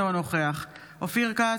אינו נוכח אופיר כץ,